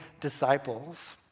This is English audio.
disciples—